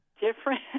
different